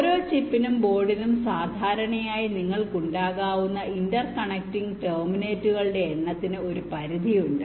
ഓരോ ചിപ്പിനും ബോർഡിനും സാധാരണയായി നിങ്ങൾക്ക് ഉണ്ടാകാവുന്ന ഇന്റർ കണക്റ്റിംഗ് ടെർമിനേറ്റുകളുടെ എണ്ണത്തിന് ഒരു പരിധിയുണ്ട്